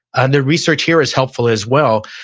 and the research here is helpful as well.